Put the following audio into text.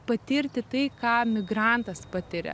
patirti tai ką migrantas patiria